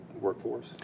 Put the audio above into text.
workforce